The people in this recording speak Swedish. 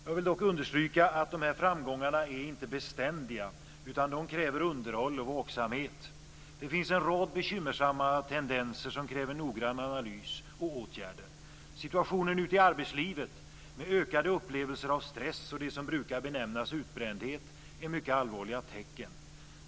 Jag vill dock understryka att dessa framgångar inte är beständiga, utan de kräver underhåll och vaksamhet. Det finns en rad bekymmersamma tendenser som kräver noggrann analys och åtgärder. Situationen ute i arbetslivet med ökade upplevelser av stress och det som brukar benämnas utbrändhet är mycket allvarliga tecken.